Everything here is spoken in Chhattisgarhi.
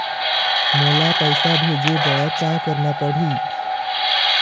मोला पैसा भेजे बर का करना पड़ही?